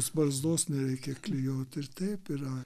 barzdos nereikia klijuoti ir taip yra